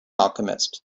alchemist